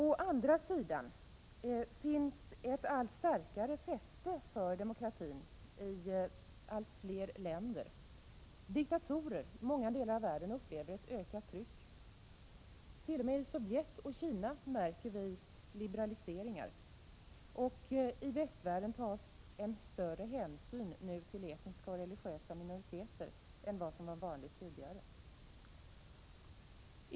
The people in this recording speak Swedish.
Å andra sidan har demokratin fått ett starkare fäste i allt fler länder. Diktatorer i många delar av världen upplever ett ökat tryck. Till och med i Sovjetunionen och Kina märker vi liberaliseringar. I västvärlden tas nu större hänsyn till etniska och religiösa minoriteter än vad som var vanligt tidigare.